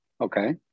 Okay